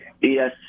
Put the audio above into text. Yes